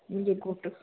मुंहिंजे घोट खां